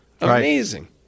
Amazing